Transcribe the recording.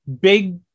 big